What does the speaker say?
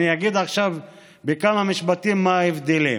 אני אגיד עכשיו בכמה משפטים מה ההבדלים,